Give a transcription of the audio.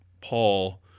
Paul